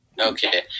Okay